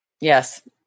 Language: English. Yes